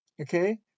okay